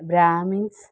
brahmins